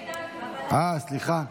סליחה,